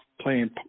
playing